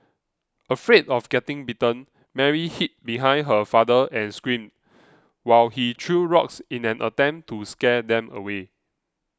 afraid of getting bitten Mary hid behind her father and screamed while he threw rocks in an attempt to scare them away